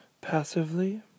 passively